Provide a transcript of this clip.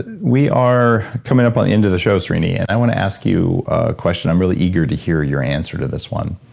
we are coming up on the end of the show, srini, and i wanna ask you a question i'm really eager to hear your answer to this one.